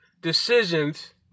decisions